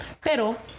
pero